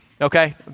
Okay